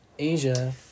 Asia